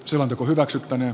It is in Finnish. selonteko hylätään